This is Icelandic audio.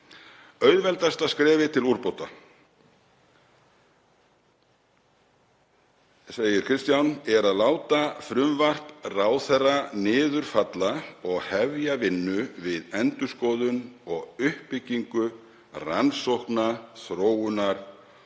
Auðveldasta skrefið til úrbóta er að láta frumvarp ráðherra niður falla og hefja vinnu við endurskoðun og uppbyggingu rannsókna-, þróunar-